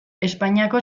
espainiako